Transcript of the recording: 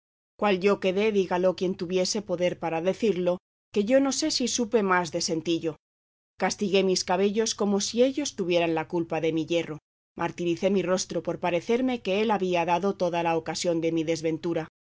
cual yo quedé dígalo quien tuviere poder para decirlo que yo no sé ni supe más de sentillo castigué mis cabellos como si ellos tuvieran la culpa de mi yerro martiricé mi rostro por parecerme que él había dado toda la ocasión a mi desventura